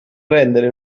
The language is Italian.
rendere